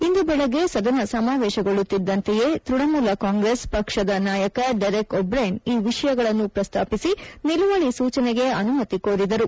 ಇಂದು ಬೆಳಿಗ್ಗೆ ಸದನ ಸಮಾವೇಶಗೊಳ್ಳುತ್ತಿದ್ಲಂತೆಯೇ ತ್ವಣಮೂಲ ಕಾಂಗೆಸ್ ಪಕ್ಷದ ನಾಯಕ ಡೆರೆಕ್ ಒಬ್ರೇನ್ ಈ ವಿಷಯಗಳನ್ತು ಪ್ರಸಾಪಿಸಿ ನಿಲುವಳಿ ಸೂಚನೆಗೆ ಅನುಮತಿ ಕೋರಿದರು